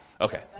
Okay